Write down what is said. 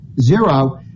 zero